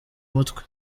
mutwe